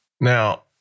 Now